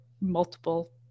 multiple